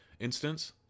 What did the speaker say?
Instance